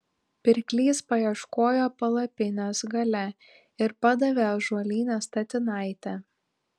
pirklys paieškojo palapinės gale ir padavė ąžuolinę statinaitę